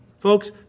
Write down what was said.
Folks